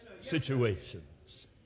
situations